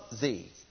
thee